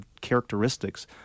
characteristics